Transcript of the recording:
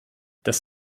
das